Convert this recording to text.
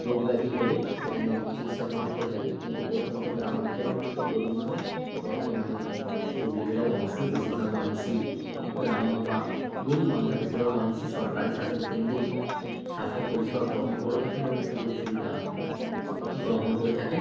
রোগ ব্যাধি হলে সেখানে চিকিৎসা গ্রহণ করে থাকেন কিন্তু প্রত্যন্ত গ্রাম অঞ্চলের মানুষ বা গরিব মানুষ বর্তমানেও হুগলি জেলায় অবশ্যই বেশিরভাগ মানুষই গ্রাম্য বা গরিব মানুষরা বেশিরভাগ মানুষই সরকারি স্বাস্থ্যকেন্দেই স্বাস্থ্য পরিষেবা গ্রহণ করে থাকেন এবং সুযোগ সুবিধা গ্রহণ করে থাকেন